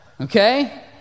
Okay